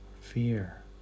fear